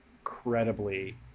incredibly